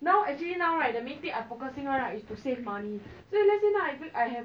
it's a technical issue in case not me it's nobody fault cause we are technical noobs okay